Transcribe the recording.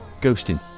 Ghosting